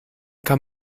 kann